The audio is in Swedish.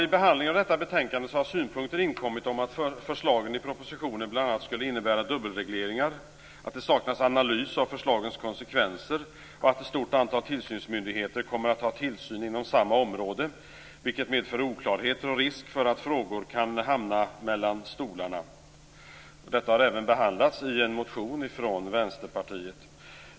Vid behandlingen av detta betänkande har synpunkter inkommit om att förslagen i propositionen bl.a. skulle innebära dubbelregleringar, att det saknas analys av förslagens konsekvenser och att ett stort antal tillsynsmyndigheter kommer att ha tillsyn inom samma område, vilket medför oklarheter och risk för att frågor kan hamna "mellan stolarna". Detta har även behandlats i en motion från Vänsterpartiet.